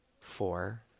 four